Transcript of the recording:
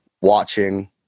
watching